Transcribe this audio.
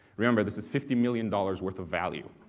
remember, this is fifty million dollars worth of value.